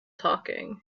talking